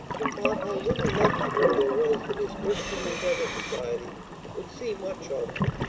and thought how little likelihood there was that his christian endeavor society would see much of them.